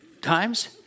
times